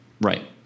Right